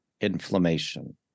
inflammation